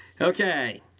Okay